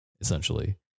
essentially